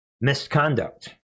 misconduct